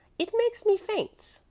it makes me faint.